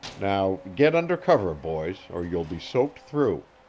now get under cover, boys, or you'll be soaked through.